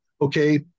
Okay